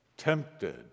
tempted